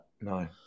No